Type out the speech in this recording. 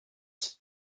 qui